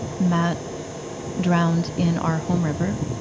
matt drowned in our home river.